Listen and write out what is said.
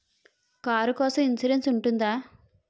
Car కోసం insurance ఉంటుందా?